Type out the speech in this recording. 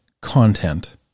content